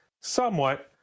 somewhat